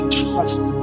trust